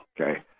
Okay